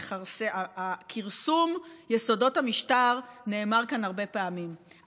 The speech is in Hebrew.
"כרסום יסודות המשטר" נאמר כאן הרבה פעמים,